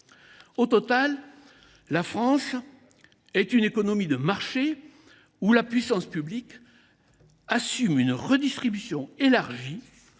Au total, la France est une économie de marché où la puissance publique assume une redistribution élargie